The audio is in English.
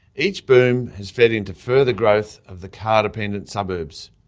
each boom has fed into further growth of the car-dependent suburbs.